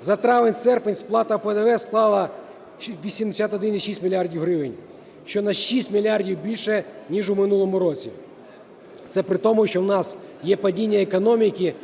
За травень-серпень сплата ПДВ склала 81,6 мільярда гривень, що 6 мільярдів більше ніж у минулому році. Це при тому, що у нас є падіння економіки,